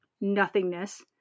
nothingness